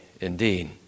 indeed